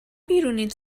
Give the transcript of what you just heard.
بیرونین